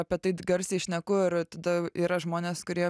apie tai garsiai šneku ir tada yra žmonės kurie